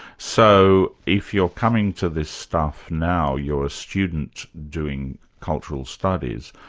so if you're coming to this stuff now, you're a student doing cultural studies,